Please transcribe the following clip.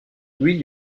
louis